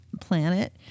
planet